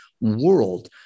world